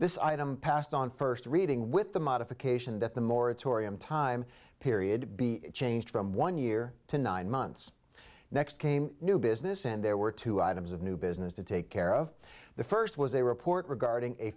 this item passed on first reading with the modification that the moratorium time period be changed from one year to nine months next came new business and there were two items of new business to take care of the first was a report regarding a